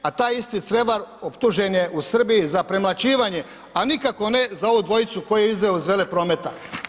A taj isti Crevar optužen je u Srbiji za premlaćivanje, a nikako ne za ovu dvojicu koju je izveo iz Veleprometa.